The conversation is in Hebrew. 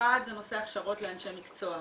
האחד נושא ההכשרות לאנשי מקצוע,